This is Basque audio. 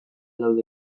daude